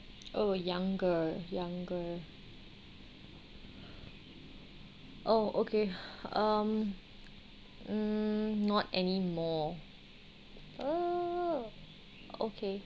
oh younger younger oh okay um mm not anymore err okay